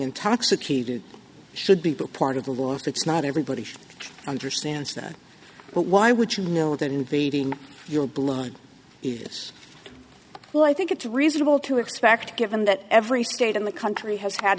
intoxicated should be part of the last it's not everybody understands that but why would you know that invading your blood is well i think it's reasonable to expect given that every state in the country has had